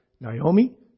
Naomi